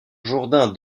jourdain